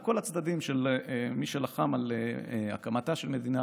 לכל הצדדים של מי שלחם על הקמתה של מדינה